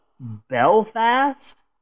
Belfast